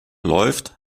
läuft